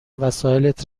وسایلت